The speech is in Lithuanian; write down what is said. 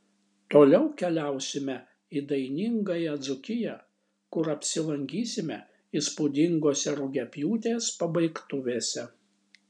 toliau keliausime į dainingąją dzūkiją kur apsilankysime įspūdingose rugiapjūtės pabaigtuvėse